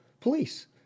Police